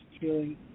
feeling